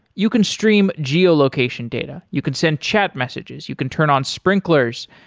you can stream geo-location data. you can send chat messages, you can turn on sprinklers,